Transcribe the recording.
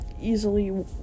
easily